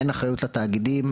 אין אחריות לתאגידים,